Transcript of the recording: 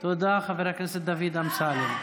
למה עם ישראל רוצה לראות את זה?